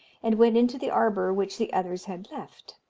and went into the arbour which the others had left.